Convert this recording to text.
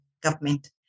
government